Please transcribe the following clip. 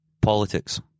Politics